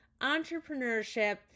entrepreneurship